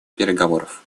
переговоров